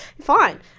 Fine